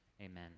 Amen